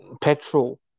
petrol